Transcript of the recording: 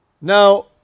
Now